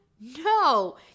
No